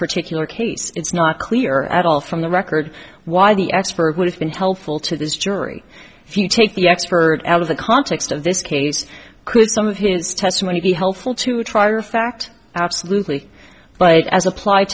particular case it's not clear at all from the record why the expert would have been helpful to this jury if you take the expert out of the context of this case could some of his testimony be helpful to try to fact absolutely but as applied